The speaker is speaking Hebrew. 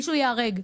מישהו ייהרג,